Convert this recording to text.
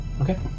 Okay